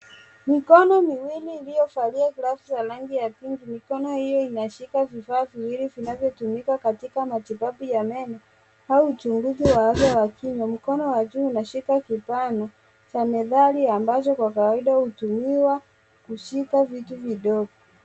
Mikono miwili iliyovalia glavu za rangi ya pink .Mikono hio inashika vifaa viwili vinavyotumika katika matibabu ya meno au uchunguzi wa afya ya akili. Mkono wa juu unashika spana ya metal ambayo kwa kawaida hutumiwa kushika vitu vidogo.